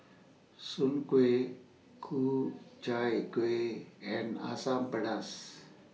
Soon Kway Ku Chai Kueh and Asam Pedas